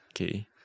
okay